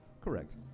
Correct